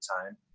time